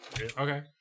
Okay